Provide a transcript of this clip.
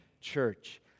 Church